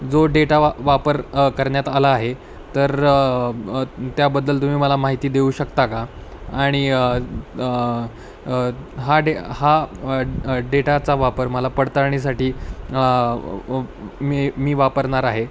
जो डेटा वा वापर करण्यात आला आहे तर त्याबद्दल तुम्ही मला माहिती देऊ शकता का आणि हा डे हा डेटाचा वापर मला पडताळणीसाठी मी मी वापरणार आहे